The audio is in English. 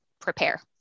prepare